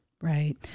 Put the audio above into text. Right